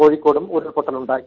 കോഴിക്കോടും ഉരുൾപ്പൊട്ടലുണ്ടായി